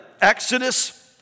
Exodus